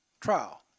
trial